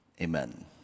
amen